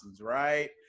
right